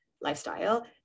lifestyle